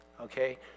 okay